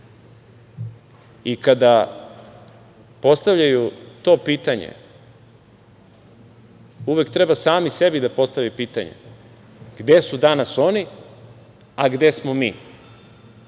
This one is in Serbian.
toga. Kada postavljaju to pitanje, uvek treba sami sebi da postave pitanje – gde su danas oni, a gde smo mi? Mi